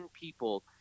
people